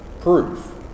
proof